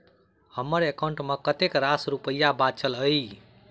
हम्मर एकाउंट मे कतेक रास रुपया बाचल अई?